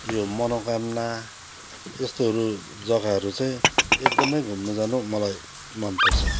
यो मनोकामना यस्तोहरू जग्गाहरू चाहिँ एकदमै घुम्नु जानु मलाई मनपर्छ